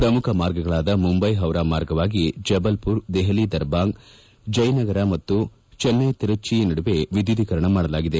ಪ್ರಮುಖ ಮಾರ್ಗಗಳಾದ ಮುಂಬೈ ಪೌರಾ ಮಾರ್ಗವಾಗಿ ಜಬಲ್ಮರ್ ದೆಹಲಿ ದರ್ಬಾಂಗ್ ಜೈನಗರ ಮತ್ತು ಜೆನ್ನೈ ತಿರುಚಿ ನಡುವೆ ವಿದ್ಯುದ್ದೀಕರಣ ಮಾಡಲಾಗಿದೆ